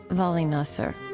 vali nasr